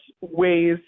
ways